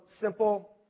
simple